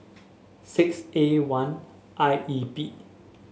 six A one I E P